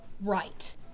Right